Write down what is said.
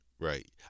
Right